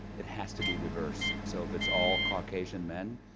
it has to be diverse. so if it's all caucasian men,